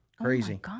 Crazy